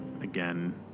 Again